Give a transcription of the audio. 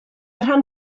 rhan